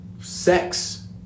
sex